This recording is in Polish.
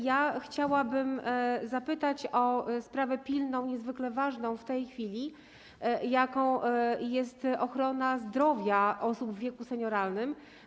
Ja chciałabym zapytać o pilną, niezwykle ważną w tej chwili sprawę, jaką jest ochrona zdrowia osób w wieku senioralnym.